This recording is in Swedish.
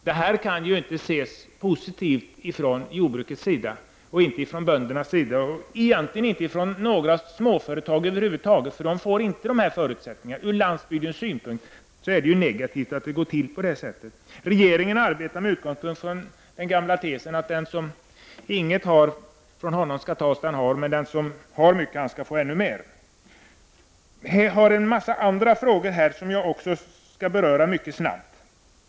Men detta kan inte ses som positivt från jordbruket och egentligen inte från några småföretag över huvud taget, eftersom dessa inte har samma förutsättningar. Ur lands bygdens synpunkt är det negativt att det går till på detta sätt. Regeringen arbetar med utgångspunkt i den gamla tesen att man skall ta från den som inget har, men den som har mycket skall få ännu mer. Det finns en mängd andra frågor som jag skall beröra mycket kortfattat.